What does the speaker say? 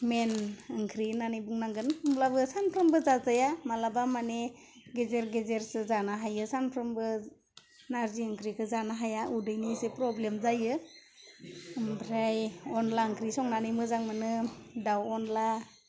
मेइन ओंख्रि होन्नानै बुंनांगोन होमब्लाबो सानफ्रामबो जाजाया मालाबा माने गेजेर गेजेरसो जानो हायो सानफ्रामबो नार्जि ओंख्रिखौ जानो हाया उदैनिसो फ्रब्लेम जायो ओमफ्राय अनला ओंख्रि संनानै मोजां मोनो दाव अनला